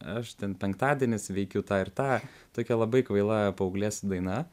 aš ten penktadienis veikiu tą ir tą tokia labai kvaila paauglės daina